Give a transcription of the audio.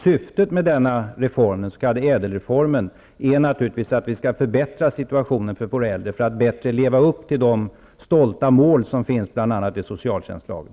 Syftet med denna reform, den s.k. ÄDEL-reformen, är naturligtvis att situationen för våra äldre skall förbättras för att vi skall kunna leva upp till de stolta mål som finns uppställda i bl.a.